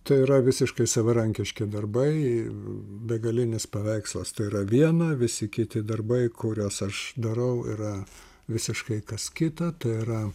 tai yra visiškai savarankiški darbai begalinis paveikslas tai yra viena visi kiti darbai kuriuos aš darau yra visiškai kas kita tai yra